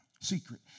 Secret